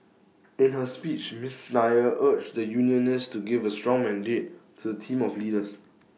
in her speech miss Nair urged the unionists to give A strong mandate to the team of leaders